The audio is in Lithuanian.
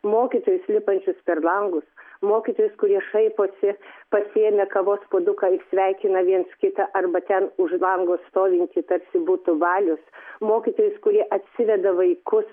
mokytojus lipančius per langus mokytojus kurie šaiposi pasiėmę kavos puoduką ir sveikina viens kitą arba ten už lango stovintį tarsi būtų balius mokytojus kurie atsiveda vaikus